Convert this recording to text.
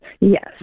Yes